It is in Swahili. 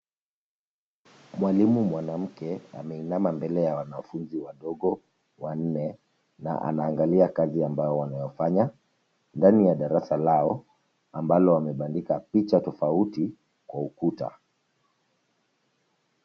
Mwalimu mwanamke ameinama mbele ya wanafunzi wadogo, wanne, na anaangalia kazi ambayo wanayofanya, ndani ya darasa lao, ambalo wamebandika picha tofauti, kwa ukuta.